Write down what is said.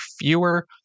fewer